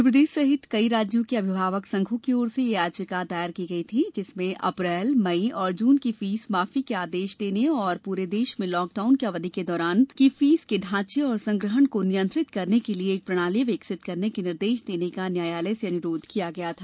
मध्य प्रदेश सहित कई राज्यों के अभिभावक संघों की ओर से यह याचिका दायर की गयी थी जिसमें अप्रैल मई और जून की फीस माफी के आदेश देने और पूरे देश में लॉकडाउन की अवधि के दौरान की फीस के ढांचे और संग्रहण को नियंत्रित करने के लिए एक प्रणाली विकसित करने के निर्देश देने का न्यायालय से अनुरोध किया गया था